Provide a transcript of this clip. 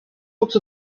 looked